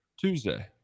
Tuesday